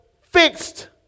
fixed